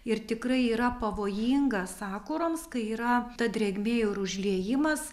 ir tikrai yra pavojinga sakuroms kai yra ta drėgmė ir užliejimas